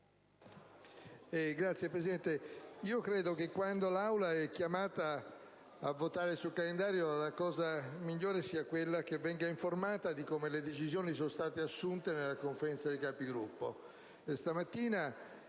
Signor Presidente, a mio avviso quando l'Aula è chiamata a votare sul calendario la cosa migliore è che venga informata di come le decisioni sono state assunte nella Conferenza dei Capigruppo.